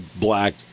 black